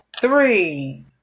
three